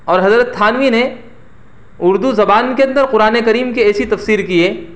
اور حضرت تھانوی نے اردو زبان کے اندر قرآن کریم کی ایسی تفسیر کی ہے